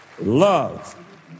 love